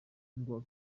ngo